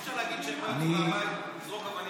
אי-אפשר להגיד שהם לא יצאו מהבית לזרוק אבנים.